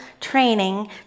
training